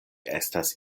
estas